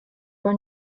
were